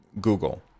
Google